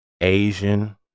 Asian